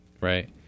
right